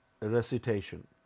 recitation